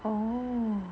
oh